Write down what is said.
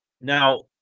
Now